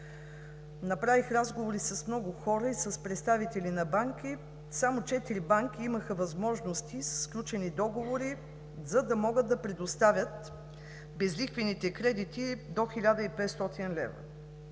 направих разговори с много хора и представители на банки, а само четири банки имаха възможност за сключени договори, за да могат да предоставят безлихвените кредити до 1500 лв.